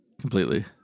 completely